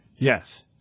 Yes